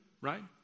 right